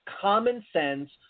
common-sense